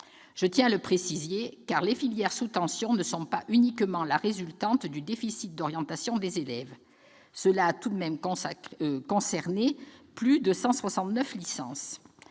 Je tiens à le préciser, car les filières sous tension ne sont pas uniquement la résultante du déficit d'orientation des élèves- plus de 169 licences